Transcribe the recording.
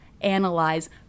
analyze